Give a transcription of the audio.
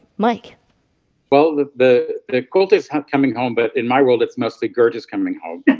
mike well, the quilt is ah coming home, but in my world, it's mostly gerges coming home